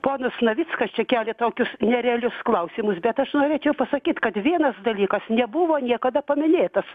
ponas navickas čia kelia tokius nerealius klausimus bet aš norėčiau pasakyt kad vienas dalykas nebuvo niekada paminėtas